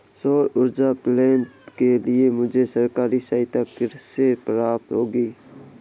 सौर ऊर्जा प्लांट के लिए मुझे सरकारी सहायता कैसे प्राप्त होगी?